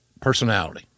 personality